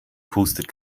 pustet